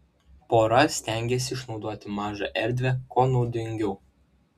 pora stengėsi išnaudoti mažą erdvę kuo naudingiau